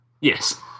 Yes